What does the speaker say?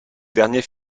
derniers